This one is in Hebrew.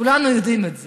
כולנו יודעים את זה.